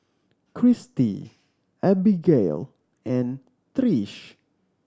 Christi Abbigail and Trish